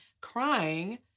crying